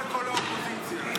--- לכל האופוזיציה.